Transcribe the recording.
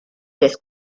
des